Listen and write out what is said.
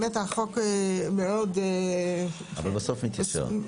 החוק הוא באמת --- אבל בסוף הוא התיישר.